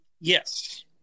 Yes